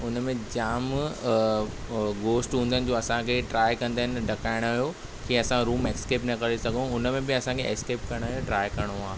हुनमें जामु गोस्ट हूंदा आहिनि जो असांखे ट्राई कंदा आहिनि ॾकाइण जो की असां रूम एस्केप न करे सघऊं हुनमें बि असांखे एस्केप करण जो ट्राई करिणो आहे